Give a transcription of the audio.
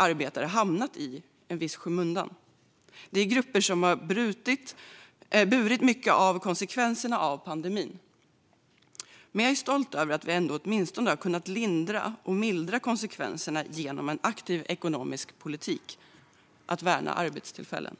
arbetare hamnat i skymundan. Det är grupper som har burit mycket av konsekvenserna av pandemin. Men jag är stolt över att vi ändå åtminstone har kunnat lindra och mildra konsekvenserna genom en aktiv ekonomisk politik, det vill säga att värna arbetstillfällen.